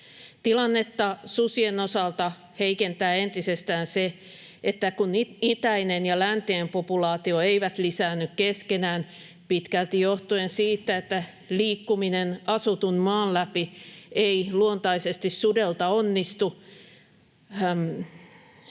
Tilannetta susien osalta heikentää entisestään se, että kun itäinen ja läntinen populaatio eivät lisäänny keskenään — pitkälti johtuen siitä, että liikkuminen asutun maan läpi ei luontaisesti sudelta onnistu